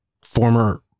former